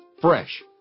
Fresh